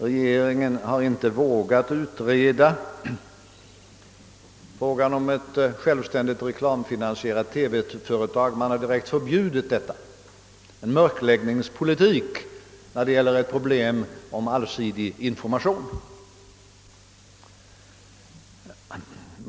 Regeringen har inte vågat utreda frågan om ett självständigt reklamfinansierat TV-företag utan har direkt förbjudit detta — en mörkläggningspolitik rörande ett problem som gäller allsidig information.